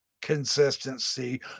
consistency